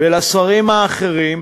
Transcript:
ולשרים האחרים